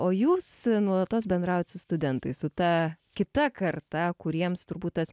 o jūs nuolatos bendraujat su studentais su ta kita karta kuriems turbūt tas